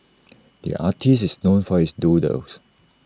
the artist is known for his doodles